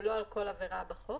לא על כל עבירה בחוק.